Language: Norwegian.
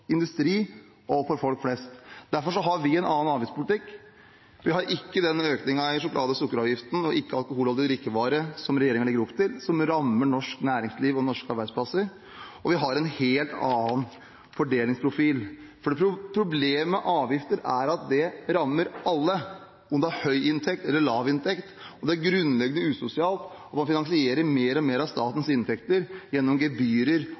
industri og for folk flest. Derfor har vi en annen avgiftspolitikk. Vi har ikke den økningen i sjokolade- og sukkeravgiften og ikke-alkoholholdige drikkevarer som regjeringen legger opp til, som rammer norsk næringsliv og norske arbeidsplasser, og vi har en helt annen fordelingsprofil. For problemet med avgifter er at det rammer alle, om man har høy inntekt eller lav inntekt, og det er grunnleggende usosialt. Man finansierer mer og mer av statens inntekter gjennom gebyrer